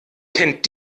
kennt